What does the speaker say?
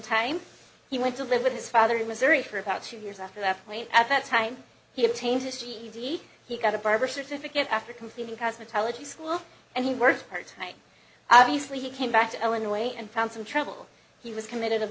time he went to live with his father in missouri for about two years after that plane at that time he obtained his ged he got a barber certificate after completing cosmetology school and he works part time obviously he came back to illinois and found some trouble he was committed